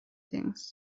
things